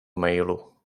mailu